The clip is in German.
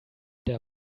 der